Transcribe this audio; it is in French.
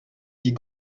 dit